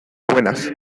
buenas